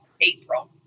April